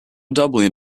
doubling